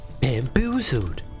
bamboozled